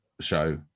show